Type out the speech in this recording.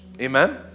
amen